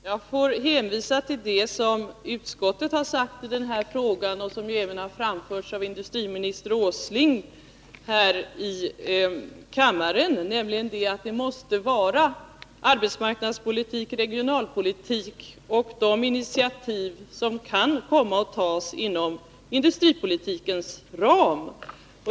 Herr talman! Jag får hänvisa till det som utskottet har sagt i den här frågan och som även har framförts av industriminister Åsling här i kammaren, nämligen att de åtgärder som skall vidtas måste ha sin utgångspunkt i arbetsmarknadspolitik, regionalpolitik och de initiativ som kan komma att tas inom industripolitikens ram.